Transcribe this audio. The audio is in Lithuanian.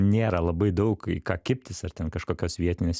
nėra labai daug į ką kibtis ar ten kažkokios vietinės